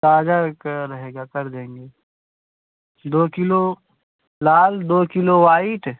ताज़ा एक रहेगा कर देंगे दो किलो लाल दो किलो वाइट